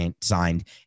signed